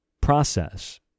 process